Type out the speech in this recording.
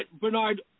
Bernard